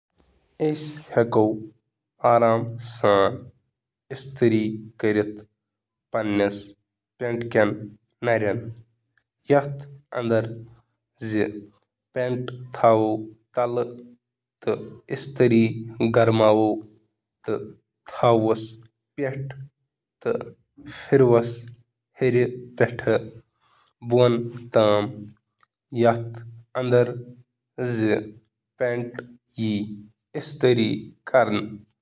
شیشتٕرٕچ paint خٲطرٕ، ہیٚکِو تُہۍ ہیٚکِو کٔرِتھ۔ پَنُن شِشتٕر کٔرِو تَیار: پینٛٹ کٔرِو فولڈ: اَکھ زنٛگہٕ کٔرِو شِشتٕر: زنٛگہِ دُہرٲوِو تہٕ بنٲوِو کریز۔